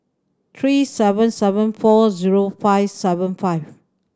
three seven seven four zero five seven five